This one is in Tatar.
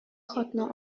хатны